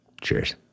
Cheers